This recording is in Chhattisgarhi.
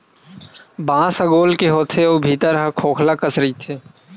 बांस ह गोल के होथे अउ भीतरी ह खोखला कस रहिथे